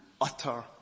utter